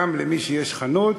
גם למי שיש לו חנות,